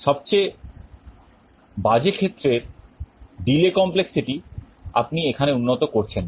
সবচেয়ে বাজে ক্ষেত্রের delay complexity আপনি এখানে উন্নত করছেন না